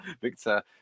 Victor